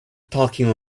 talking